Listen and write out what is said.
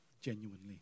genuinely